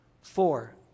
Four